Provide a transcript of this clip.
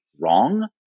wrong